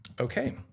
Okay